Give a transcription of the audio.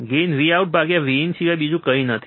gain VoutVin સિવાય બીજું કંઈ નથી